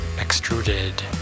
extruded